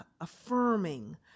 affirming